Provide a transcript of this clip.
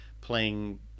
playing